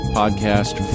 podcast